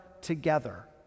together